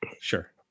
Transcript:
sure